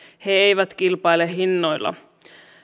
he eivät kilpaile hinnoilla